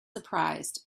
surprised